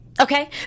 Okay